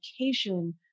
education